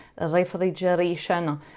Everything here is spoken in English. refrigeration